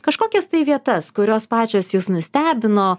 kažkokias vietas kurios pačios jus nustebino